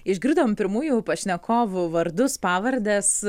išgirdom pirmųjų pašnekovų vardus pavardes